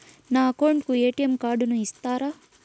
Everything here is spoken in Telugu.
నా అకౌంట్ కు ఎ.టి.ఎం కార్డును ఇస్తారా